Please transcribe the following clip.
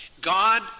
God